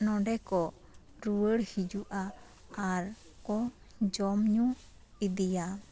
ᱱᱚᱰᱮ ᱠᱚ ᱨᱩᱭᱟᱹᱲ ᱦᱤᱡᱩᱜᱼᱟ ᱟᱨ ᱠᱚ ᱡᱚᱢ ᱧᱩ ᱤᱫᱤᱭᱟ